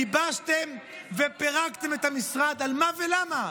ייבשתם ופירקתם את המשרד, על מה ולמה?